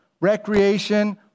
recreation